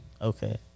Okay